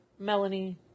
Melanie